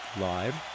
live